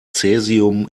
cäsium